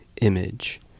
image